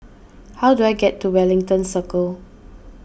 how do I get to Wellington Circle